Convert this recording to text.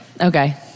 Okay